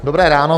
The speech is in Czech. Dobré ráno.